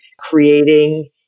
creating